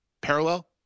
parallel